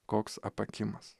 koks apakimas